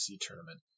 tournament